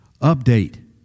Update